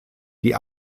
die